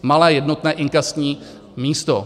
Malé jednotné inkasní místo.